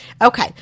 Okay